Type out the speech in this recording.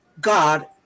God